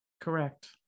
Correct